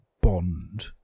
bond